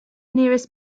nearest